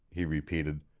he repeated,